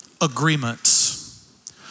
agreements